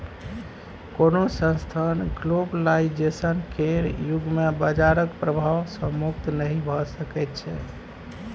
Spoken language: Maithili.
कोनो संस्थान ग्लोबलाइजेशन केर युग मे बजारक प्रभाव सँ मुक्त नहि भऽ सकै छै